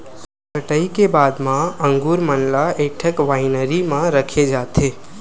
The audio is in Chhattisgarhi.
कटई के बाद म अंगुर मन ल एकठन वाइनरी म रखे जाथे